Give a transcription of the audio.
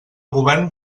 govern